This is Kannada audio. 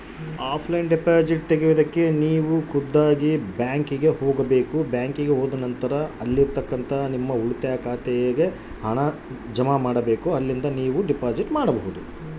ಆಫ್ಲೈನ್ ಡಿಪಾಸಿಟ್ ತೆಗಿಯೋದಕ್ಕೆ ಏನೇನು ಕಾಗದ ಪತ್ರ ಬೇಕು?